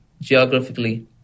geographically